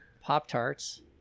Pop-Tarts